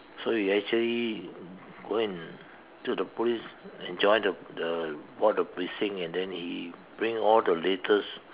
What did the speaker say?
so he actually go and to the police and join the the watch the briefing and he bring all the latest